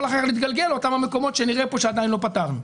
אחר כך להתגלגל לאותם המקומות שנראה כאן שעדיין לא פתרנו.